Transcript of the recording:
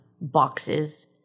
boxes